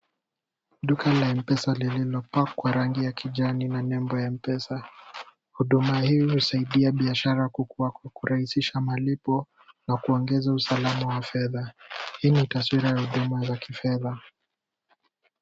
Duka la mpesa lililopakwa rangi ya kijani na nembo ya Mpesa, Huduma hii husaidia biashara kukuwa kwa kurahisisha malipo na kuongeza usalama wa fedha. Hii ni taswira za huduma ya kifedha.